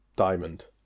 Diamond